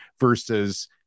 versus